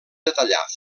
detallar